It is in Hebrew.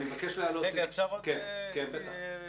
עכשיו יהיה גם וידוי,